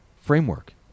framework